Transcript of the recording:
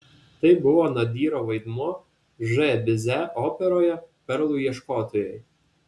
tai buvo nadyro vaidmuo ž bize operoje perlų ieškotojai